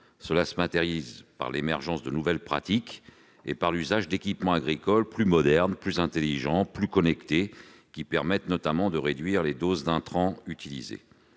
Cela se matérialise par l'émergence de nouvelles pratiques et par l'usage d'équipements agricoles plus modernes, plus intelligents, plus connectés, limitant entre autres les doses d'intrants utilisés.